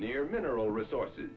near mineral resources